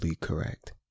correct